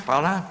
Hvala.